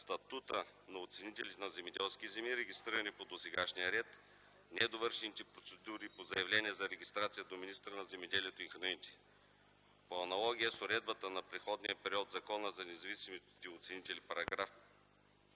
статута на оценителите на земеделските земи, регистрирани по досегашния ред; - недовършените процедури по заявления за регистрация до министъра на земеделието и храните. По аналогия с уредбата на преходния период в Закона за независимите оценители (§